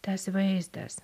tas vaizdas